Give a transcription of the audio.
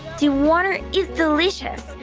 the water is delicious.